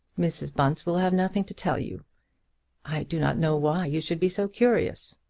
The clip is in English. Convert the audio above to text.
mrs. bunce will have nothing to tell you i do not know why you should be so curious.